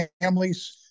families